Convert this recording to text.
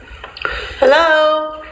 Hello